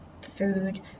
food